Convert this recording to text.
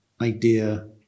idea